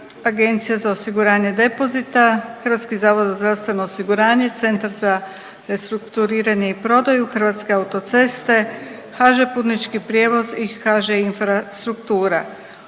agencija za osiguranje depozita, Hrvatski zavod za zdravstveno osiguranje, Centar za restrukturiranje i prodaju, Hrvatske autoceste, HŽ Putnički prijevoz i HŽ Infrastruktura.